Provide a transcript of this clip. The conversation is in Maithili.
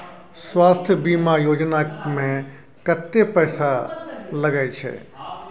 स्वास्थ बीमा योजना में कत्ते पैसा लगय छै?